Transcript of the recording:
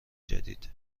جدید